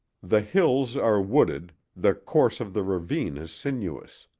the hills are wooded, the course of the ravine is sinuous.